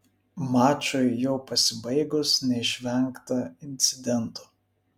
mačui jau pasibaigus neišvengta incidento